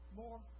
more